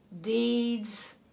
deeds